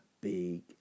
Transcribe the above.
big